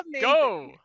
go